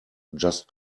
just